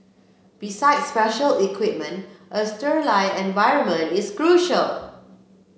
besides special equipment a environment is crucial